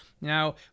Now